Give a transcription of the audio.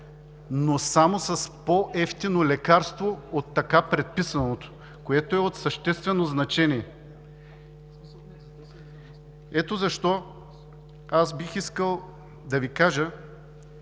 но само с по-евтино лекарство от така предписаното, което е от съществено значение. Ето защо бих искал да Ви кажа,